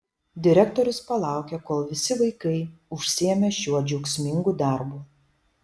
direktorius palaukė kol visi vaikai užsiėmė šiuo džiaugsmingu darbu